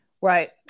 right